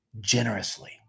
generously